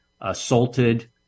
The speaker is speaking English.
assaulted